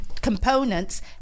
components